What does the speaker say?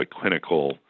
clinical